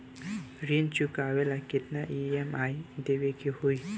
ऋण चुकावेला केतना ई.एम.आई देवेके होई?